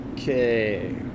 Okay